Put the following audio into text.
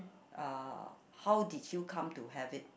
uh how did you come to have it